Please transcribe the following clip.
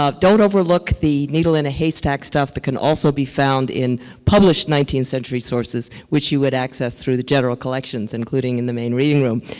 ah don't overlook the needle in a haystack stuff that can also be found in published nineteenth century sources which you would access through the general collections, including in the main reading room.